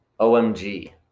OMG